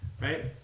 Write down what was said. right